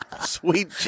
Sweet